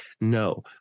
No